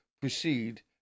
proceed